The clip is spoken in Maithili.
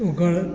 ओकर